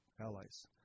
allies